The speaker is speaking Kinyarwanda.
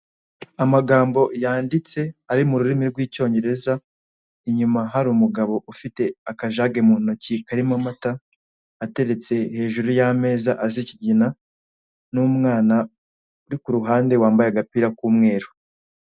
Amagambo yanditse ari mu rurimi rw'icyongereza, inyuma hari umugabo ufite akajaga mu ntoki karimo amata ateretse hejuru yameza asa ikigina n'umwana uri kuruhande wambaye agapira k'umweru.